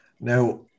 now